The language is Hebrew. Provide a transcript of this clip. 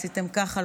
עשיתם ככה,